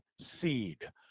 seed